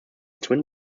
twin